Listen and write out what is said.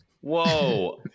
Whoa